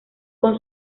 con